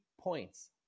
points